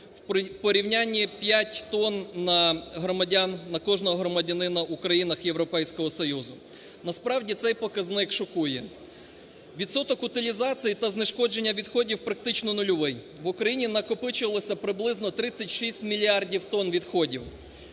У порівнянні, 5 тонн – на кожного громадянина в країнах Європейського Союзу. Насправді, цей показник шокує. Відсоток утилізації та знешкодження відходів практично нульовий. В Україні накопичилося приблизно 36 мільярдів тонн відходів.